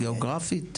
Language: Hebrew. גאוגרפית?